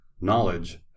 knowledge